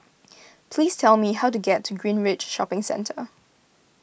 please tell me how to get to Greenridge Shopping Centre